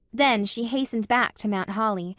then she hastened back to mount holly,